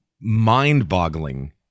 mind-boggling